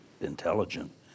intelligent